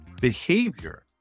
behavior